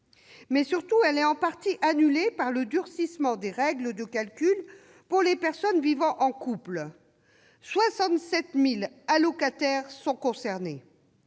vie. Surtout, elle est en partie annulée par le durcissement des règles de calcul pour les personnes vivant en couple : 67 000 allocataires sont concernés.